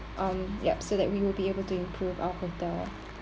um yup so that we will be able to improve our hotel